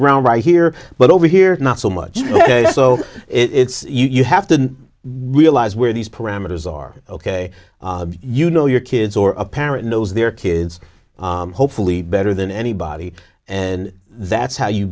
ground right here but over here not so much so it's you have to realize where these parameters are ok you know your kids or a parent knows their kids hopefully better than anybody and that's how you